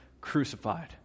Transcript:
crucified